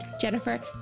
Jennifer